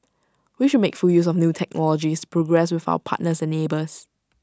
we should make full use of new technologies progress with our partners and neighbours